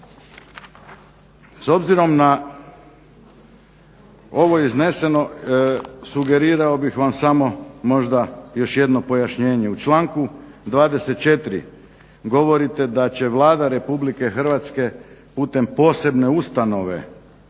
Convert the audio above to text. S obzirom na ovo izneseno sugerirao bih vam samo možda još nešto pojašnjenje. U članku 24. govorite da će Vlada Republike Hrvatske putem posebne ustanove